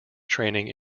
training